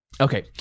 Okay